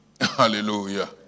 Hallelujah